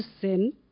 sin